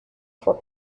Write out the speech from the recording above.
for